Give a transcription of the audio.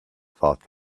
thought